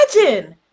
imagine